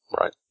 Right